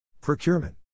procurement